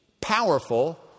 powerful